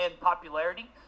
popularity